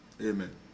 amen